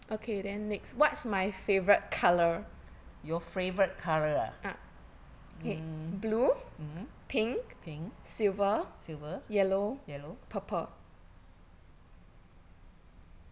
your favourite colour ah mm mmhmm pink silver yellow